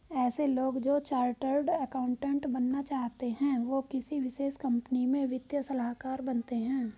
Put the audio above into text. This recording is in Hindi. ऐसे लोग जो चार्टर्ड अकाउन्टन्ट बनना चाहते है वो किसी विशेष कंपनी में वित्तीय सलाहकार बनते हैं